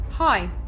Hi